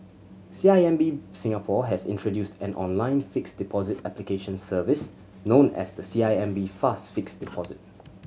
C I M B Singapore has introduced an online fixed deposit application service known as the C I M B Fast Fixed Deposit